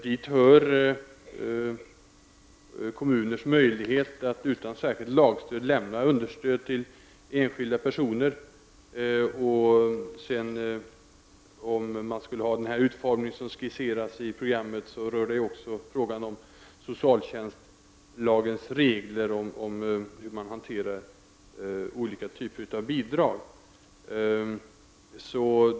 Dit hör kommuners möjligheter att, utan särskilt lagstöd, lämna understöd till enskilda personer. Om man skulle ha den utformning som skisseras i programmet så rör detta också socialtjänstlagens regler om hur man hanterar olika typer av bidrag.